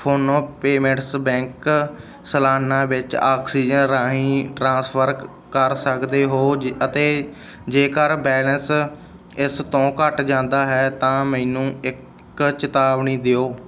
ਫੋਨੋ payments bank ਸਲਾਨਾ ਵਿੱਚ oxygen ਰਾਹੀਂ ਟ੍ਰਾਂਸਫਰ ਕਰ ਸਕਦੇ ਹੋ ਜ ਅਤੇ ਜੇਕਰ ਬੈਲੇਂਸ ਇਸ ਤੋਂ ਘੱਟ ਜਾਂਦਾ ਹੈ ਤਾਂ ਮੈਨੂੰ ਇੱਕ ਚੇਤਾਵਨੀ ਦਿਓ